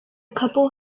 couple